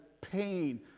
pain